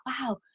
wow